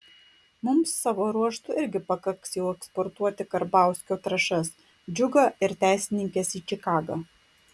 mums savo ruožtu irgi pakaks jau eksportuoti karbauskio trąšas džiugą ir teisininkes į čikagą